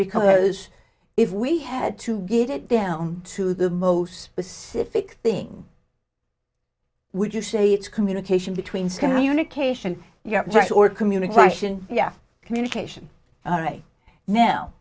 because if we had to get it down to the most specific thing would you say it's communication between scan reunification your progress or communication yeah communication all right now